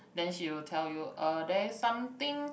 then she will tell you uh there is something